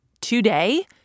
today